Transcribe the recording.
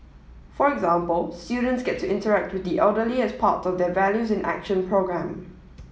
for example students get to interact with the elderly as part of their values in action programme